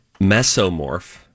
Mesomorph